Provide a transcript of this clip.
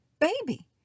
baby